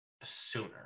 sooner